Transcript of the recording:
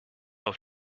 auf